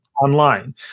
online